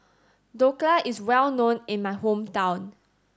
Dhokla is well known in my hometown